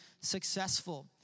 successful